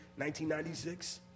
1996